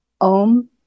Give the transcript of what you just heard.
Om